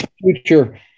future